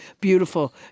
beautiful